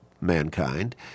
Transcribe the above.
mankind